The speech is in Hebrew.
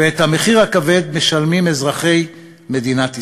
ואת המחיר הכבד משלמים אזרחי מדינת ישראל.